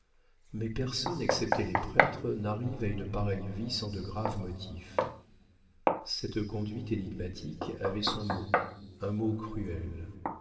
mais personne excepté les prêtres n'arrive à une pareille vie sans de graves motifs cette conduite énigmatique avait son mot un mot cruel